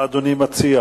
מה אדוני מציע